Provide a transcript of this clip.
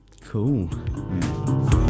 cool